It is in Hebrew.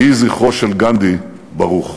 יהי זכרו של גנדי ברוך.